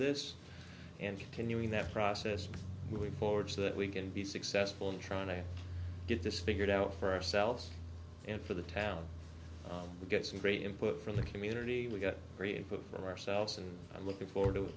this and continuing that process moving forward so that we can be successful in trying to get this figured out for ourselves and for the town to get some great input from the community we got rid of ourselves and i'm looking forward to